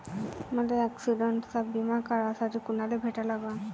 मले ॲक्सिडंटचा बिमा काढासाठी कुनाले भेटा लागन?